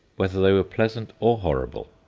whether they were pleasant or horrible?